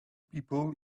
people